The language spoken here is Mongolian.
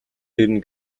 ирнэ